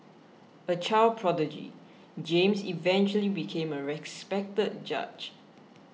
a child prodigy James eventually became a respected judge